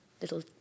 little